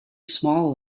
small